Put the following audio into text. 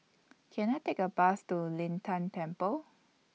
Can I Take A Bus to Lin Tan Temple